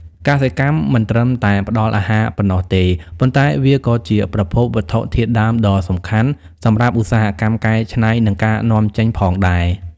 កសិកម្មមិនត្រឹមតែផ្ដល់អាហារប៉ុណ្ណោះទេ ប៉ុន្តែវាក៏ជាប្រភពវត្ថុធាតុដើមដ៏សំខាន់សម្រាប់ឧស្សាហកម្មកែច្នៃ និងការនាំចេញផងដែរ។